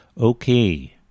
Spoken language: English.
okay